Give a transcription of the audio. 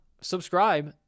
subscribe